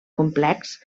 complex